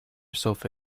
sofa